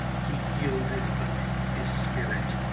he yielded up his spirit.